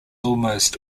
almost